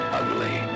ugly